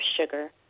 sugar